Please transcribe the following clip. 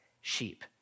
sheep